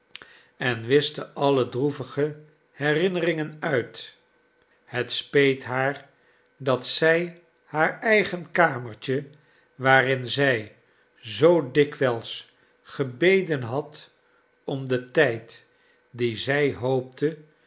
en wischte alle droevige herinneringen uit het speet haar dat zij haar eigen kamertje waarin zij zoo dikwijls gebeden had om den tijd dien zij hoopte